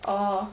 orh